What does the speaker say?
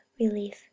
relief